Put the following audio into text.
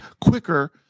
quicker